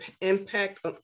impact